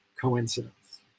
coincidence